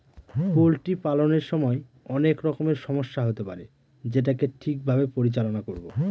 poultry পালনের সময় অনেক রকমের সমস্যা হতে পারে যেটাকে ঠিক ভাবে পরিচালনা করবো